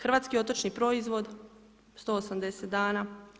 Hrvatski otočni proizvod, 180 dana.